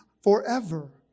forever